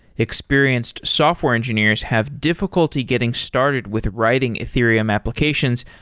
experienced software engineers have difficulty getting started with writing ethereum applications,